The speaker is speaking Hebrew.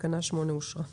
תקנה מספר 8 אושרה.